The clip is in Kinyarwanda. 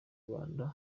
rwanda